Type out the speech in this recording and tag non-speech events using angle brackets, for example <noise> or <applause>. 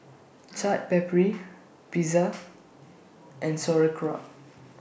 Chaat Papri <noise> Pizza and Sauerkraut